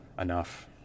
enough